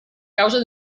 causa